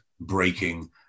breaking